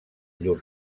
llur